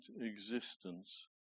existence